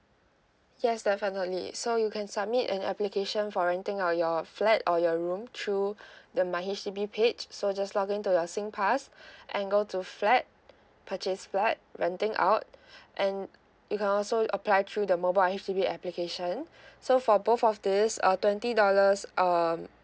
yes definitely so you can submit an application for renting out your flat or your room through the my H_D_B page so just log in to your singpass and go to flat purchase flat renting out and you can also apply through the mobile H_D_B application so for both of this a twenty dollars um